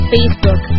Facebook